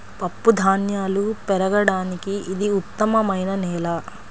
పప్పుధాన్యాలు పెరగడానికి ఇది ఉత్తమమైన నేల